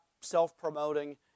self-promoting